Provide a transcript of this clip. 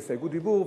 להסתייגות דיבור,